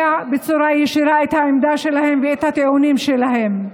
בצורה ישירה את העמדה שלהן ואת הטיעונים שלהן.